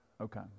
Okay